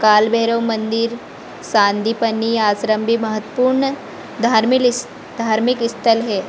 काल भैरव मंदिर सांदीपनी आस्रम भी महत्वपूर्ण धार्मिल धार्मिक स्थल है